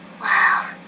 Wow